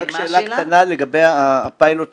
ברשותך, שאלה קטנה, לגבי המכרז.